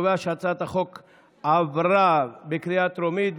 התשפ"ב 2022,